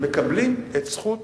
מקבלות את זכות